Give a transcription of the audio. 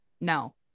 No